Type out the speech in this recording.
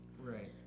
Right